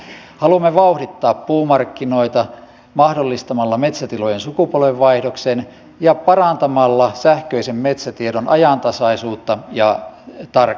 haluamme vauhdittaa puumarkkinoita mahdollistamalla metsätilojen sukupolvenvaihdoksen ja parantamalla sähköisen metsätiedon ajantasaisuutta ja tarkkuutta